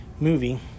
movie